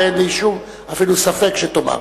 ואין לי שום אפילו ספק שתאמר.